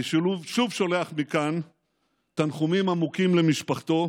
אני שוב שולח מכאן תנחומים עמוקים למשפחתו.